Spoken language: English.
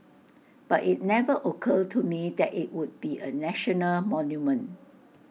but IT never occurred to me that IT would be A national monument